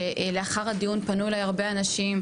שלאחר הדיון פנו אליי הרבה אנשים.